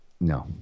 No